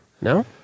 No